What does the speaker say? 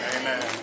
Amen